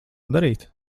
darīt